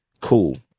Cool